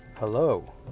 Hello